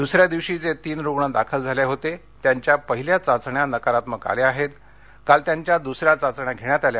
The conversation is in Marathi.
दूसऱ्या दिवशी जे तीन रुग्ण दाखल झाले होते त्यांच्या पहिल्या चाचण्या नकारात्मक आल्या आहेत काल त्यांच्या द्सऱ्या चाचण्या घेण्यात आल्या